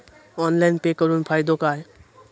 Online pay करुन फायदो काय?